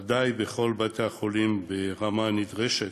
בוודאי בכל בתי-החולים, ברמה הנדרשת,